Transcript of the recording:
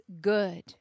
good